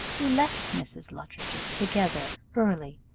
we left mrs. luttridge's together early,